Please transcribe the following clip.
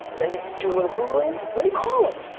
then you do a little googling, then you call em!